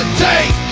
take